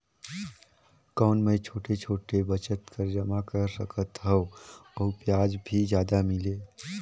कौन मै छोटे छोटे बचत कर जमा कर सकथव अउ ब्याज भी जादा मिले?